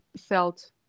felt